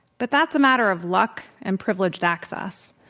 but that's a matter of luck and privileged access,